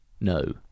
No